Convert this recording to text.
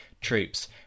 troops